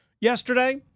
yesterday